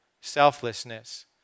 selflessness